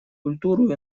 культуру